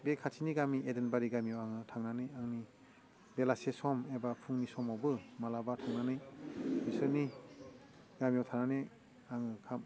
बे खाथिनि गामि एरेनबारि गामियाव आङो थांनानै आंनि बेलासे सम एबा फुंनि समावबो मालाबा थांनानै बिसोरनि गामियाव थानानै आङो